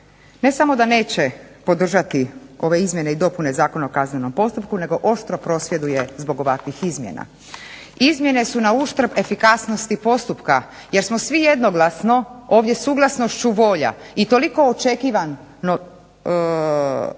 ne samo da neće podržati ove izmjene i dopune Zakona o kaznenom postupku nego oštro prosvjeduje zbog ovakvih izmjena. Izmjene su na uštrb efikasnosti postupka jer smo svi jednoglasno ovdje suglasnošću volja i toliko očekivano